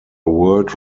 world